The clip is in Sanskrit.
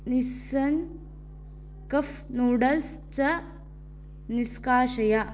निस्सन् कफ् नूडल्स् च निष्कासय